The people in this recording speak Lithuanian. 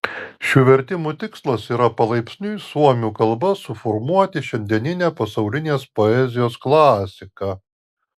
šių vertimų tikslas yra palaipsniui suomių kalba suformuoti šiandieninę pasaulinės poezijos klasiką